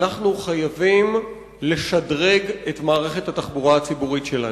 אנחנו חייבים לשדרג את מערכת התחבורה הציבורית שלנו.